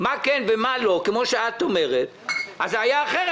כפי שאת אומרת, אז זה היה אחרת.